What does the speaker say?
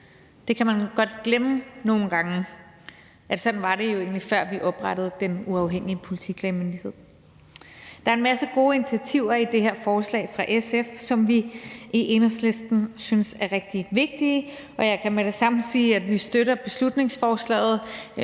Man kan nogle gange godt glemme, at sådan var det jo egentlig, før vi oprettede Den Uafhængige Politiklagemyndighed. Der er en masse gode initiativer i det her forslag fra SF, som vi i Enhedslisten synes er rigtig vigtige, og jeg kan med det samme sige, at vi støtter beslutningsforslaget